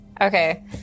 Okay